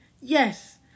Yes